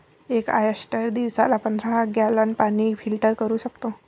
एक ऑयस्टर दिवसाला पंधरा गॅलन पाणी फिल्टर करू शकतो